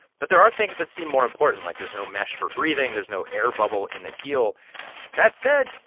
but there are things that seem more important, like there's no mesh for breathing. there's no air bubble in the heel that said,